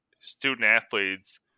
student-athletes